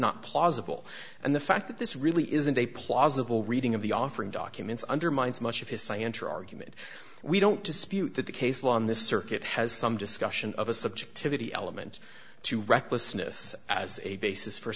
not plausible and the fact that this really isn't a plausible reading of the offering documents undermines much of his scienter argument we don't dispute that the case law on this circuit has some discussion of a subjectivity element to recklessness as a basis for